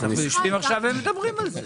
אנחנו יושבים עכשיו הם מדברים על זה.